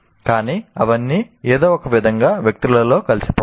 కానీ అవన్నీ ఏదో ఒకవిధంగా వ్యక్తులలో కలిసిపోతాయి